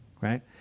right